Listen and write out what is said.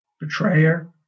betrayer